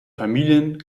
familien